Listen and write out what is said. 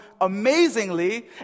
amazingly